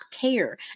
care